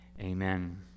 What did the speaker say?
amen